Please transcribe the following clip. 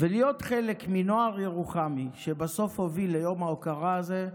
ולהיות חלק מנוער ירוחמי שבסוף הוביל ליום ההוקרה הזה,